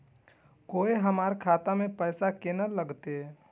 कोय हमरा खाता में पैसा केना लगते?